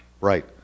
Right